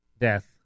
death